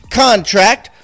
contract